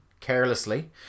carelessly